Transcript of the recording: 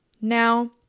Now